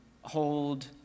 hold